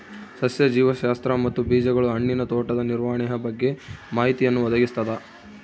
ಸಸ್ಯ ಜೀವಶಾಸ್ತ್ರ ಮತ್ತು ಬೀಜಗಳು ಹಣ್ಣಿನ ತೋಟದ ನಿರ್ವಹಣೆಯ ಬಗ್ಗೆ ಮಾಹಿತಿಯನ್ನು ಒದಗಿಸ್ತದ